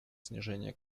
снижения